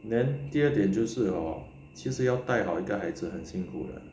then 第二点就是 hor 其实要带好一个孩子很辛苦的